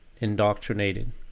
indoctrinated